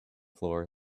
floor